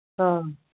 ꯑꯥ